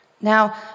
Now